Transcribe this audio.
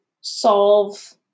solve